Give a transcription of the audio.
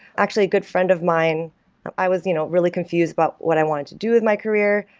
actually, a good friend of mine i was you know really confused about what i wanted to do with my career.